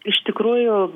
iš tikrųjų